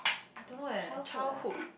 I don't know leh childhood